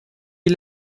est